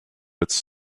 its